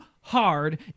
hard